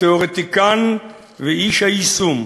התיאורטיקן ואיש היישום,